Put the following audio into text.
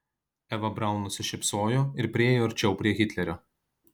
eva braun nusišypsojo ir priėjo arčiau prie hitlerio